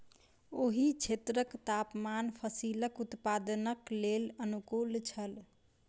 ओहि क्षेत्रक तापमान फसीलक उत्पादनक लेल अनुकूल छल